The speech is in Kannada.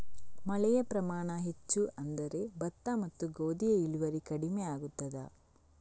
ಮಳೆಯ ಪ್ರಮಾಣ ಹೆಚ್ಚು ಆದರೆ ಭತ್ತ ಮತ್ತು ಗೋಧಿಯ ಇಳುವರಿ ಕಡಿಮೆ ಆಗುತ್ತದಾ?